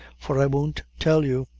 for i won't tell you.